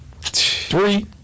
three